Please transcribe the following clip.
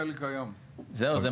לומר לא